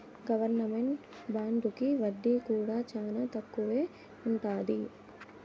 government బాండుకి వడ్డీ కూడా చానా తక్కువే ఉంటది